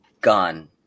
gone